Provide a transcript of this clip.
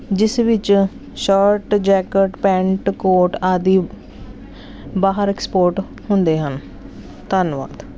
ਜਿਸ ਵਿੱਚ shirt jacket pant coat ਆਦਿ ਬਾਹਰ ਐਕਸਪੋਰਟ ਹੁੰਦੇ ਹਨ ਧੰਨਵਾਦ